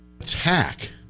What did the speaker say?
attack